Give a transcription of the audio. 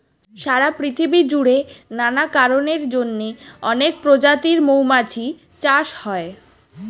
সারা পৃথিবী জুড়ে নানা কারণের জন্যে অনেক প্রজাতির মৌমাছি চাষ হয়